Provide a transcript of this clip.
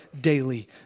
daily